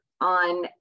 on